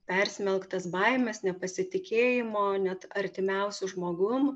persmelktas baimės nepasitikėjimo net artimiausiu žmogum